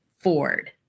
Ford